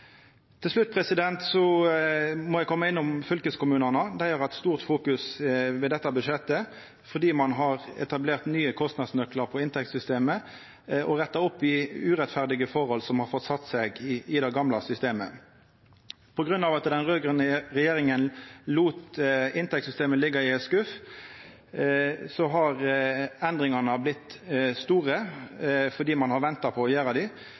Til slutt må eg innom fylkeskommunane: Dei har hatt stort fokus i behandlinga av dette budsjettet fordi ein har etablert nye kostnadsnøklar på inntektssystemet og retta opp i urette forhold som har fått sett seg i det gamle systemet. På grunn av at den raud-grøne regjeringa lét inntektssystemet liggja i ein skuff, har endringane vorte store fordi ein har venta med å gjera dei.